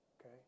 okay